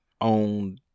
on